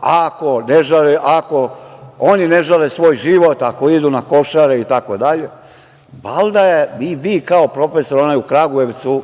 ako oni ne žale svoj život, ako idu na Košare itd, valjda i vi kao profesor, onaj u Kragujevcu,